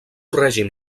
règim